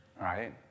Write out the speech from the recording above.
right